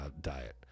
diet